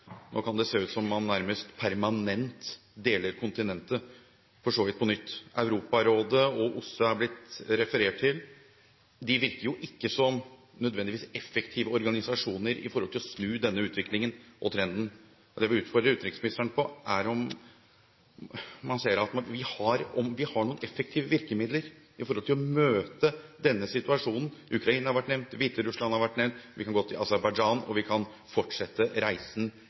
Nå kan det se ut som om man nærmest permanent deler kontinentet, for så vidt på nytt. Europarådet og OSSE er blitt referert til. De virker jo ikke nødvendigvis som effektive organisasjoner med hensyn til å snu denne utviklingen og trenden. Det jeg vil utfordre utenriksministeren på, er om man kan se på om vi har noen effektive virkemidler for å møte denne situasjonen. Ukraina har vært nevnt, og Hviterussland har vært nevnt. Vi kan gå til Aserbajdsjan, og vi kan godt fortsette reisen